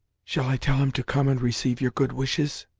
shall i tell him to come and receive your good wishes?